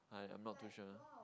I I'm not too sure